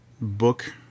book